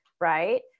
right